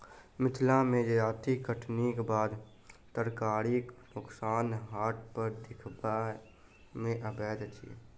मिथिला मे जजाति कटनीक बाद तरकारीक नोकसान हाट पर देखबा मे अबैत अछि